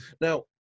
Now